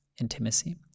intimacy